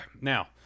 now